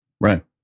Right